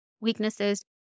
weaknesses